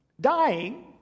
dying